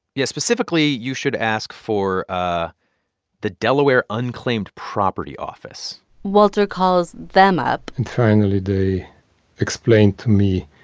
yeah, specifically, you should ask for ah the delaware unclaimed property office walter calls them up. and finally they explain to me